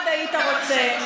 מאוד היית רוצה,